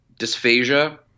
dysphagia